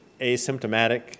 asymptomatic